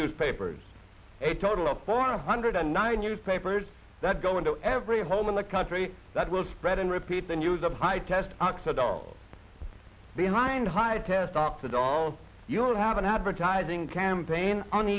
newspapers a total of four hundred and nine newspapers that go into every home in the country that will spread and repeat the news of high test oxide all behind high test ops that all you will have an advertising campaign on